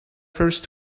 first